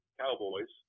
cowboys